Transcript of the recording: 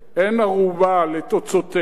אין ערובה לתוצאותיה.